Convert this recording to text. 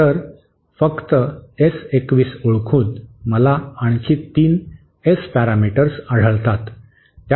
तर फक्त एस 21 ओळखून मला आणखी 3 एस पॅरामीटर्स आढळतात